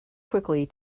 quickly